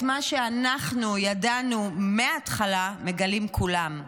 את מה שאנחנו ידענו מההתחלה מגלים כולם.